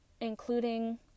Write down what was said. including